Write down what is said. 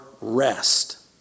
rest